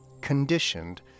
conditioned